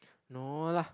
no lah